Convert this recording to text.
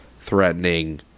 threatening